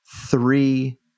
three